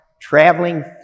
traveling